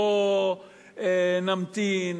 בואו נמתין,